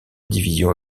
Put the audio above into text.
division